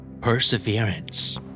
Perseverance